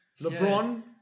Lebron